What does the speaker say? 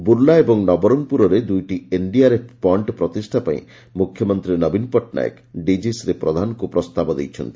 ବୁର୍ଲା ଏବଂ ନବରଙ୍ଙପୁରରେ ଦୁଇଟି ଏନ୍ଡିଆର୍ଏଫ୍ ପଏକ୍କ ପ୍ରତିଷା ପାଇଁ ମୁଖ୍ୟମନ୍ତୀ ନବୀନ ପଟ୍ଟନାୟକ ଡିକି ଶ୍ରୀ ପ୍ରଧାନଙ୍କ ପ୍ରସ୍ତାବ ଦେଇଛନ୍ତି